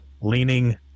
leaning